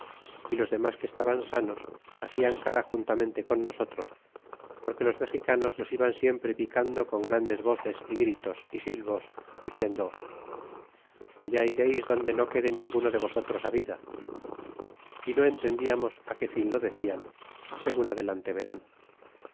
y los demas que estaban sanos hacian cara juntamente con nosotros porque los mexicanos nos iban siempre picando con grandes voces y gritos y silvos diciendo allá ireis donde no quede ninguno de vosotros á vida y no entendíamos qué fin lo decian segun adelante verán